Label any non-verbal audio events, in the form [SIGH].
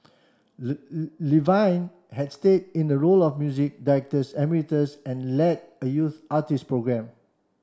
[UNINTELLIGIBLE] Levine had stayed in a role of music [UNINTELLIGIBLE] emeritus and led a youth artist program